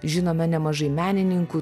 žinome nemažai menininkų laikų